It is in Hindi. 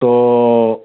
तो